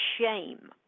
Shame